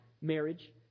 marriage